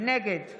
נגד